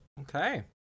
Okay